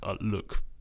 look